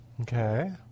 Okay